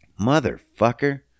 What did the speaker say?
Motherfucker